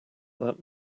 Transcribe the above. that